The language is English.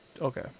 Okay